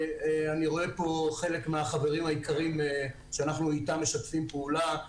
אני רואה פה חלק מהחברים היקרים שאנחנו איתם משתפים פעולה,